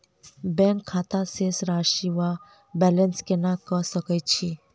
Bank खाता शेष राशि वा बैलेंस केना कऽ सकय छी?